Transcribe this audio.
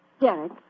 Derek